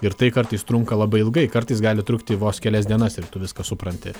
ir tai kartais trunka labai ilgai kartais gali trukti vos kelias dienas ir tu viską supranti